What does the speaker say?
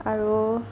আৰু